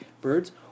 birds